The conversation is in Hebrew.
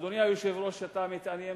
אדוני היושב-ראש, אתה מתעניין